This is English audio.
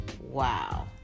Wow